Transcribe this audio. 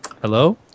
Hello